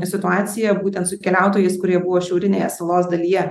situaciją būtent su keliautojais kurie buvo šiaurinėje salos dalyje